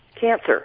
cancer